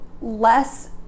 less